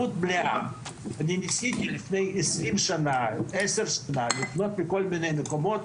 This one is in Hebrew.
אני ניסיתי לפני עשרים שנה לפנות לכל מיני מקומות,